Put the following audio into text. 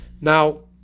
now